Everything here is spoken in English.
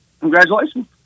congratulations